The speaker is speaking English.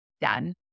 done